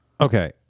okay